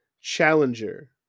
challenger